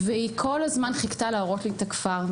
והיא כל הזמן חיכתה להראות לי את הכפר,